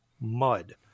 mud